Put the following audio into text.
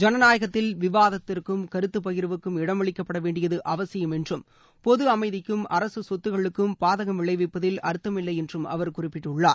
ஜனநாயகத்தில் விவாதத்திற்கும் கருத்து பகிர்வுக்கும் இடமளிக்கப்பட வேண்டியது அவசியம் என்றும் பொது அமைதிக்கும் அரசு சொத்துக்களுக்கும் பாதகம் விளைவிப்பதில் அர்த்தம் இல்லை என்றும் அவர் குறிப்பிட்டுள்ளார்